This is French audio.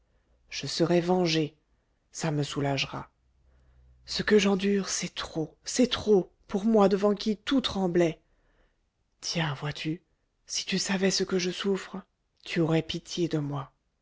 je serai vengé ça me soulagera ce que j'endure c'est trop c'est trop pour moi devant qui tout tremblait tiens vois-tu si tu savais ce que je souffre tu aurais pitié de moi